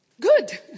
Good